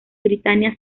britania